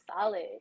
solid